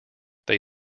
they